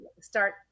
start